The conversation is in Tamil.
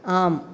ஆம்